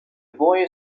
boy